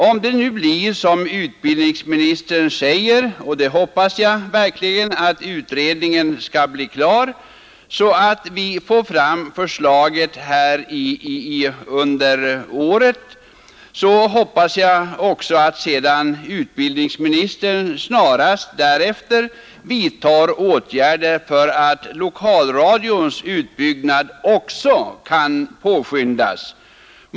Om det nu blir som utbildningsministern säger — och det hoppas jag verkligen — att utredningen lägger fram förslag i år, är det min förhoppning att utbildningsministern snarast därefter vidtar åtgärder för att lokalradions utbyggnad också skall kunna påskyndas.